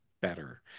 better